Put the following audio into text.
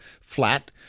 flat